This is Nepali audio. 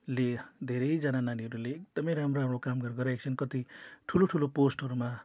ले धेरैजना नानीहरूले एकदमै राम्रो राम्रो काम गरिरहेछन् कति ठुलो ठुलो पोस्टहरूमा